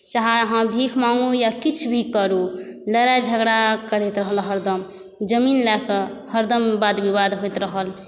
चाहे अहाँ भीख मांगू किछु भी करु लड़ाइ झगड़ा करैत रहल हरदम जमीन लए कऽ हरदम वाद विवाद होइत रहल